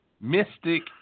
mystic